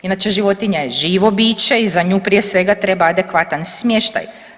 Inače životinja je živo biće i za nju prije svega treba adekvatan smještaj.